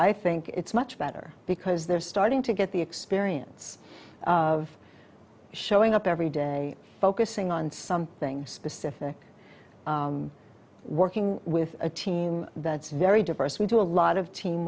i think it's much better because they're starting to get the experience of showing up every day focusing on something specific working with a team that's very diverse we do a lot of team